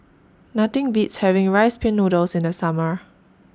Nothing Beats having Rice Pin Noodles in The Summer